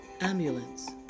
Ambulance